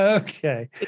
Okay